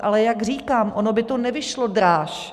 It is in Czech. Ale jak říkám, ono by to nevyšlo dráž.